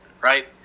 right